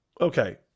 Okay